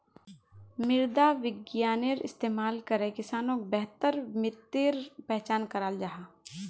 मृदा विग्यानेर इस्तेमाल करे किसानोक बेहतर मित्तिर पहचान कराल जाहा